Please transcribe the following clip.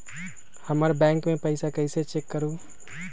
हमर बैंक में पईसा कईसे चेक करु?